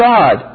God